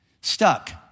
stuck